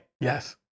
Yes